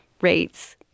rates